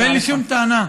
אין לי שום טענה.